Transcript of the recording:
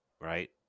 right